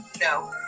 no